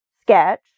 sketch